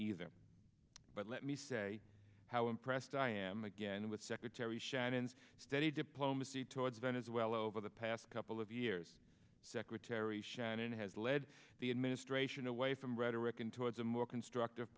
either but let me say how impressed i am again with secretary shannons steady diplomacy towards then as well over the past couple of years secretary shannon has led the administration away from rhetoric and towards a more constructive